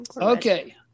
Okay